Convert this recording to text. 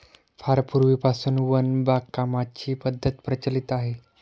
फार पूर्वीपासून वन बागकामाची पद्धत प्रचलित आहे